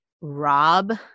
rob